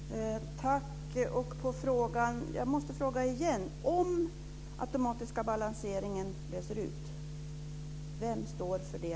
Fru talman! Jag måste fråga igen: Vem står för notan om den automatiska balanseringen löses ut?